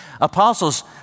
apostles